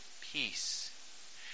peace